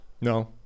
No